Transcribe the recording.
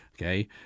okay